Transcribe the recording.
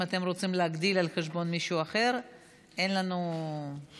אם אתם רוצים להגדיל על חשבון מישהו אחר אין לנו בעיה,